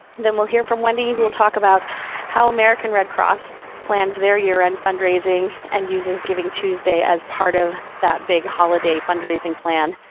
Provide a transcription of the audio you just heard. then we'll hear from wendy who will talk about how american red cross plans their year-end fundraising and uses givingtuesday as part of that big holiday fundraising plan.